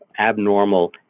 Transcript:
abnormal